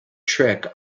trick